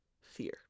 fear